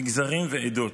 מגזרים ועדות.